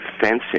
fencing